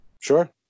Sure